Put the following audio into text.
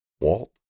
Walt